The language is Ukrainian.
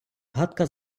гадка